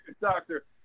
Doctor